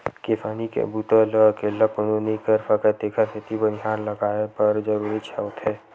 किसानी के बूता ल अकेल्ला कोनो नइ कर सकय तेखर सेती बनिहार लगये बर जरूरीच होथे